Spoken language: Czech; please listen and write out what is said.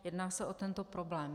Jedná se o tento problém.